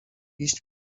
iść